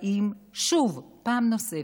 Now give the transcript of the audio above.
באים שוב, פעם נוספת,